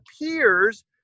appears